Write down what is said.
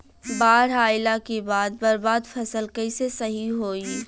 बाढ़ आइला के बाद बर्बाद फसल कैसे सही होयी?